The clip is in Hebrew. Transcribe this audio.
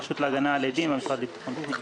הרשות להגנה על עדים והמשרד לביטחון פנים.